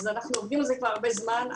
אנחנו עובדים על זה כבר הרבה זמן.